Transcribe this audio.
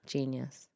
Genius